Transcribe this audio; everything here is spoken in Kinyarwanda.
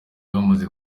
bamaze